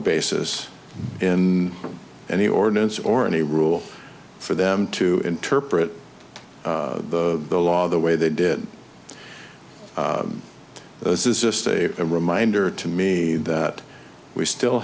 basis in any ordinance or any rule for them to interpret the law the way they did this is just a reminder to me that we still